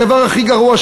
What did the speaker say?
הדבר הכי גרוע,